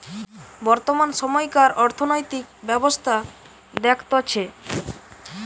বর্তমান সময়কার অর্থনৈতিক ব্যবস্থা দেখতেছে